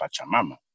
Pachamama